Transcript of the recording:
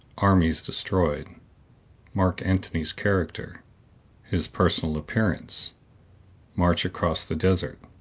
armies destroyed mark antony's character his personal appearance march across the desert